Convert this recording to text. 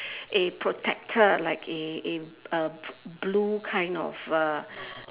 a protector like a a uh blue kind of uh